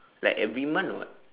like every month or what